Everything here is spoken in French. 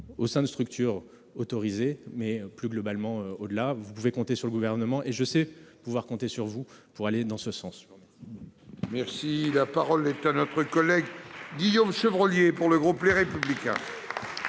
au sein de structures autorisées. Plus largement, vous pouvez compter sur le Gouvernement, et je sais pouvoir compter sur vous, pour aller dans ce sens. La parole est à M. Guillaume Chevrollier, pour le groupe Les Républicains.